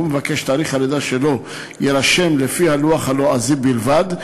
מבקש שתאריך הלידה שלו יירשם לפי הלוח הלועזי בלבד,